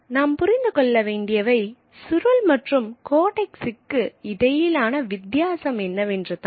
நாம் புரிந்து கொள்ள வேண்டியவை சுருள் மற்றும் கோடெக்ஸ்க்கு இடையிலான வித்தியாசம் என்னவென்று தான்